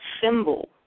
symbol